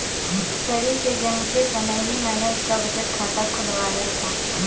परी के जन्म के समय ही मैने उसका बचत खाता खुलवाया था